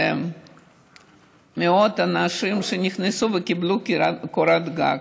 במאות אנשים שנכנסו וקיבלו קורת גג,